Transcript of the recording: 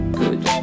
good